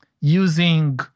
Using